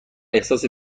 احساس